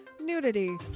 nudity